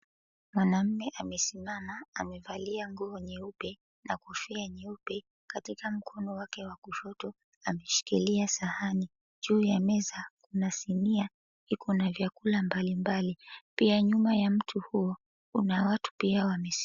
Mwanaume amesimama amevalia nguo nyeupe na kofia nyeupe, katika mkono wake wa kushoto ameshikilia sahani juu ya meza na sinia iko na vyakula mbalimbali. Pia nyuma ya mtu huo mna watu pia wamesimama.